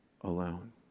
alone